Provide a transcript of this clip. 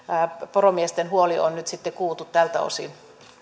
poromiesten huoli on on nyt sitten kuultu tältä osin